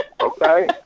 Okay